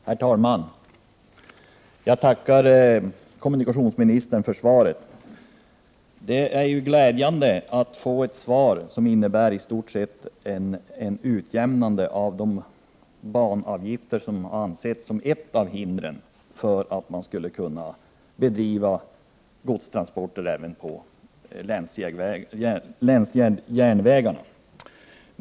Herr talman! Jag tackar kommunikationsministern för svaret. Det är glädjande att få ett svar som innebär att det i stort sett blir en utjämning av de banavgifter som har ansetts vara ett av hindren för godstransporter även på länsjärnvägarna.